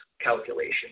calculation